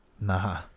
Nah